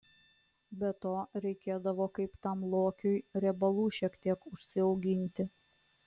be to reikėdavo kaip tam lokiui riebalų šiek tiek užsiauginti